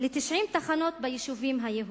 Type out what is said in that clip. ל-90 תחנות ביישובים היהודיים.